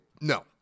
no